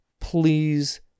Please